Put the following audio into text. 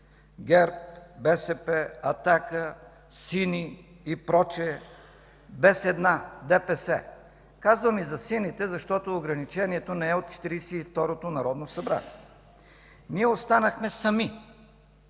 ГЕРБ, БСП, „Атака”, сини и прочие, без една – ДПС. Казвам и за сините, защото ограничението не е от 32-то народно събрание. Ние останахме сами,